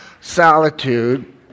solitude